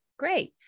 Great